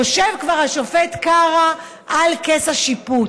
יושב כבר השופט קרא על כס השיפוט.